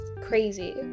crazy